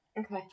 Okay